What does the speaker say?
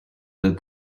that